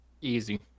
Easy